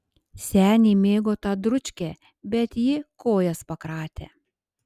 seniai mėgo tą dručkę bet ji kojas pakratė